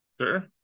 Sure